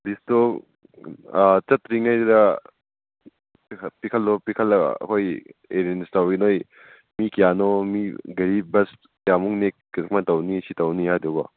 ꯂꯤꯁꯇꯣ ꯆꯠꯇ꯭ꯔꯤꯉꯩꯗ ꯄꯤꯈꯠꯂꯒ ꯑꯩꯈꯣꯏ ꯑꯦꯔꯦꯟꯖ ꯇꯧꯒꯦ ꯅꯣꯏ ꯃꯤ ꯀꯌꯥꯅꯣ ꯃꯤ ꯒꯥꯔꯤ ꯕꯁ ꯀꯌꯥꯃꯨꯛ ꯁꯨꯃꯥꯏꯅ ꯇꯧꯒꯅꯤ ꯁꯤ ꯇꯧꯒꯅꯤ ꯍꯥꯏꯗꯨꯀꯣ